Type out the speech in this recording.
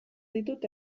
ditut